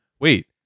wait